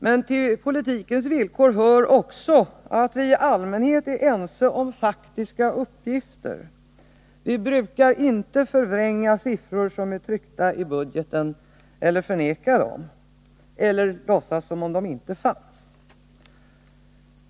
Men till politikens villkor hör också att vi i allmänhet är ense om faktiska uppgifter. Vi brukar inte förvränga siffror som är tryckta i budgeten, förneka dem eller låtsas som om de inte fanns.